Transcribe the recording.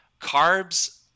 Carbs